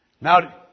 Now